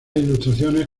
ilustraciones